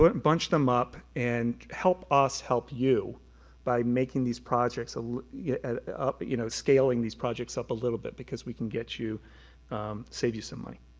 but bunch them up and help us help you by making these projects ah yeah you know, scaling these projects up a little bit, because we can get you save you some money.